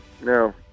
no